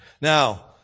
Now